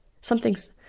Something's